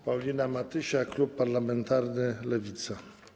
Paulina Matysiak, klub parlamentarny Lewica.